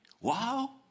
Wow